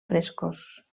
frescos